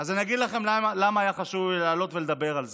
אז אני אגיד לכם למה זה היה חשוב לי לעלות ולדבר על זה